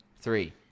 three